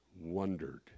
wondered